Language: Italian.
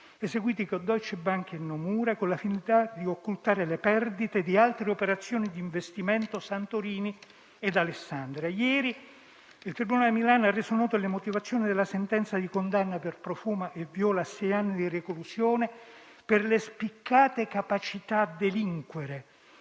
eseguite con Deutsche Bank e Nomura, con la finalità di occultare le perdite di altre operazioni di investimento (Santorini ed Alessandria). Ieri il tribunale di Milano ha reso note le motivazioni della sentenza di condanna per Profumo e Viola a sei anni di reclusione per le spiccate capacità a delinquere,